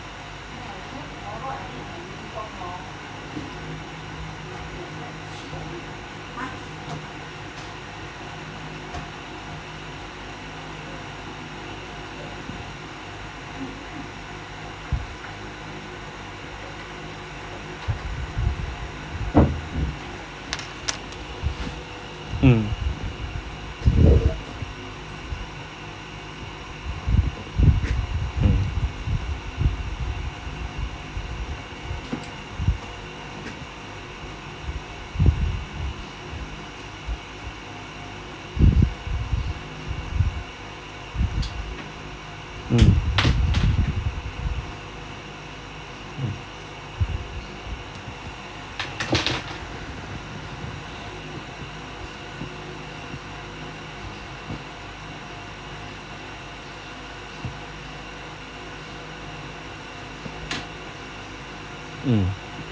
mm mm mm mm